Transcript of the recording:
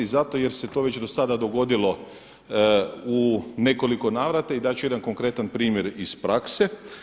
Zato jer se to već do sada dogodilo u nekoliko navrata i dat ću jedan konkretan primjer iz prakse.